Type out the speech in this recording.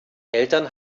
eltern